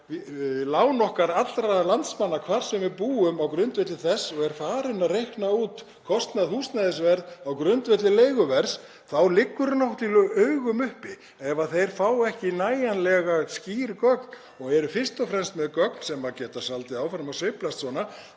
lán okkar allra landsmanna, hvar sem við búum, á grundvelli þess og er farin að reikna út kostnað húsnæðisverðs á grundvelli leiguverðs, þá liggur náttúrlega í augum uppi að ef Hagstofan fær ekki nægjanlega skýr gögn og er fyrst og fremst með gögn sem geta haldið áfram að sveiflast svona